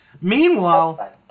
Meanwhile